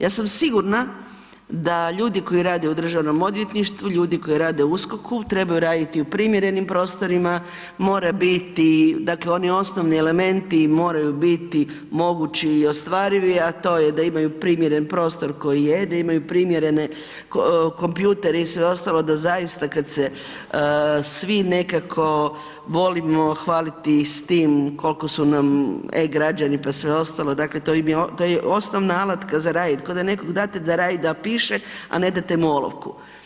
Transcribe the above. Ja sam sigurna da ljudi koji rade u državnom odvjetništvu, ljudi koji rade u USKOK-u trebaju raditi u primjerenim prostorima, mora biti, dakle oni osnovni elementi moraju biti mogući i ostvarivi, a to je da imaju primjeren prostor koji je, da imaju primjerene kompjutere i sve ostalo da zaista kad se svi nekako volimo hvaliti i s tim kolko su nam e-građani, pa sve ostalo, dakle to je osnovna alatka za radit, koda nekog date za radit da piše, a ne date mu olovku.